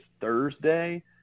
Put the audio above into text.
Thursday